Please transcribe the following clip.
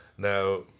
Now